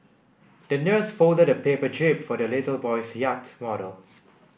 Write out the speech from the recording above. the nurse folded a paper jib for the little boy's yacht model